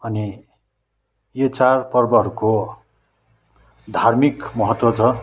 अनि यो चाडपर्वहरूको धार्मिक महत्त्व छ